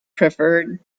preferred